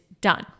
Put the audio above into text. done